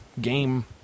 game